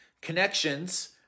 connections